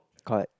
correct